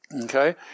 Okay